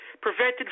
prevented